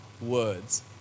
words